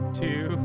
two